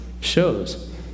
shows